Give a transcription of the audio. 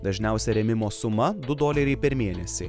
dažniausia rėmimo suma du doleriai per mėnesį